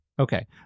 Okay